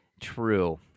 True